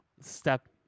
step